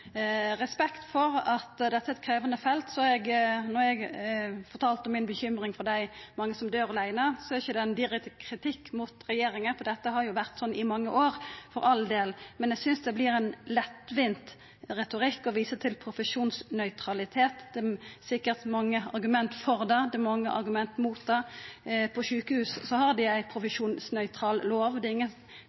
respekt for at dette er eit krevjande felt, så då eg fortalde om mi bekymring for dei mange som døyr aleine, var ikkje det ein direkte kritikk mot regjeringa, for det har jo vore slik i mange år – for all del. Men eg synest det vert ein lettvint retorikk å visa til profesjonsnøytralitet. Det er sikkert mange argument for det, og det er mange argument mot det. Sjukehusa har ein profesjonsnøytral lov. Det er ingen